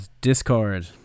Discord